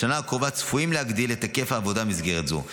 בשנה הקרובה צפויים להגדיל את היקף העבודה במסגרת זו.